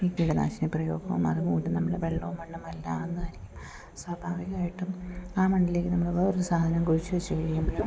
ഈ കീടനാശിനി പ്രയോഗവും അതുപോലെ തന്നെ നമ്മുടെ വെള്ളവും മണ്ണും മലിനാവുന്നതായിരിക്കും സ്വാഭാവികവായിട്ടും ആ മണ്ണിലേക്ക് നമ്മൾ വേറെ ഒരു സാധനം കുഴിച്ചു വച്ചു കഴിയുമ്പോൾ